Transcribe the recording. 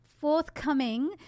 forthcoming